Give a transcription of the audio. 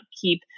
keep